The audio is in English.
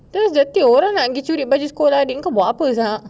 terus orang nak curi baju sekolah adik kamu buat apa sia